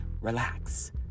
relax